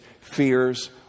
fears